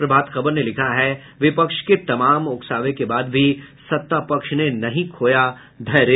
प्रभात खबर ने लिखा है विपक्ष के तमाम उकसवे के बाद भी सत्तापक्ष ने नहीं खोया धैर्य